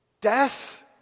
death